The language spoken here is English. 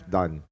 done